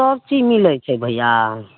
सबचीज मिलै छै भैया